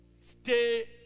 Stay